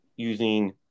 using